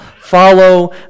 follow